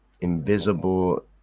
invisible